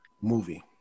movie